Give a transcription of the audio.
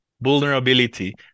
vulnerability